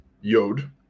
Yod